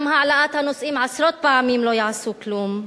גם העלאת הנושאים עשרות פעמים לא תעשה כלום.